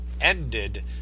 ended